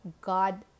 God